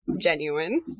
genuine